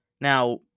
Now